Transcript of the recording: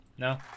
No